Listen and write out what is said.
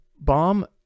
bomb